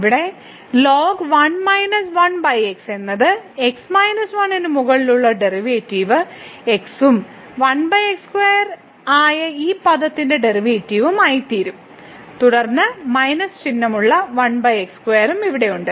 ഇവിടെ ln 1 1 x എന്നത് x 1 ന് മുകളിലുള്ള ഡെറിവേറ്റീവ് x ഉം 1 x2 ആയ ഈ പദത്തിന്റെ ഡെറിവേറ്റീവും ആയിത്തീരും തുടർന്ന് മൈനസ് ചിഹ്നമുള്ള 1 x2 ഉം ഇവിടെയുണ്ട്